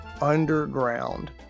underground